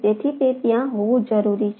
તેથી તે ત્યાં હોવું જરૂરી છે